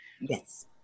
Yes